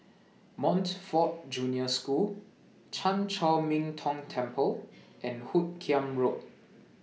Montfort Junior School Chan Chor Min Tong Temple and Hoot Kiam Road